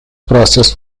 process